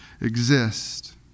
exist